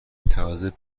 تازه